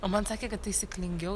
o man sakė kad taisyklingiau